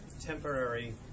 temporary